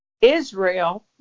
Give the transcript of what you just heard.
Israel